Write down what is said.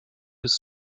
bis